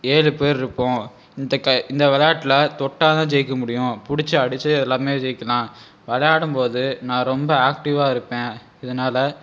ஏழு பேர் இருப்போம் இந்த க விளையாட்டுல தொட்டால் தான் ஜெயிக்க முடியும் பிடிச்சி அடித்து எல்லோருமே ஜெயிக்கலாம் விளையாடும் போது நான் ரொம்ப ஆக்டிவாக இருப்பேன் இதனால்